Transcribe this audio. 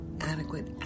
adequate